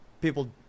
People